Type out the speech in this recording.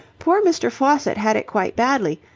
poor mr. faucitt had it quite badly.